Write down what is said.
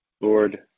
Lord